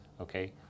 Okay